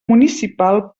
municipal